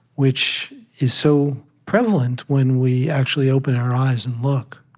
which is so prevalent when we actually open our eyes and look